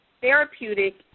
therapeutic